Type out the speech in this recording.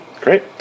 Great